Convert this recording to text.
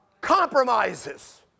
compromises